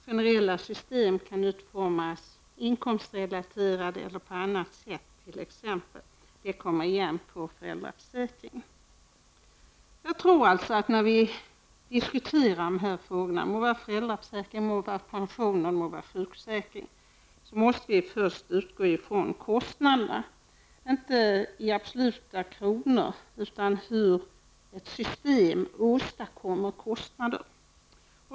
Generella system kan utformas inkomstrelaterade eller på andra sätt. Det kommer igen när det gäller föräldraförsäkringen. När vi diskuterar de här frågorna -- det må gälla föräldraförsäkringen, pensionerna eller sjukförsäkringen -- måste vi först utgå ifrån kostnaderna. Då menar jag inte räknat i kronor utan hur ett system åstadkommer kostnader.